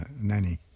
nanny